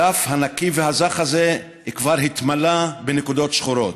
הדף הנקי והזך הזה כבר התמלא בנקודות שחורות,